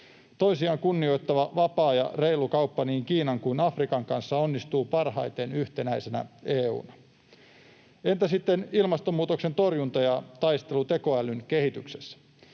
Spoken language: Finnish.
Toisiaan kunnioittava vapaa ja reilu kauppa niin Kiinan kuin Afrikan kanssa onnistuu parhaiten yhtenäisenä EU:na. Entä sitten ilmastonmuutoksen torjunta ja taistelu tekoälyn kehityksessä?